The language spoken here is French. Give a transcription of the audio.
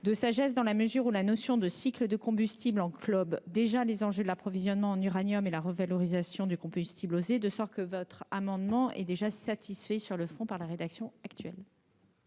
Assemblée, dans la mesure où la notion de cycle de combustible englobe déjà les enjeux de l'approvisionnement en uranium et la revalorisation du combustible usé. Ainsi, cet amendement est déjà satisfait sur le fond par la rédaction actuelle.